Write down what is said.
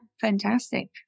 Fantastic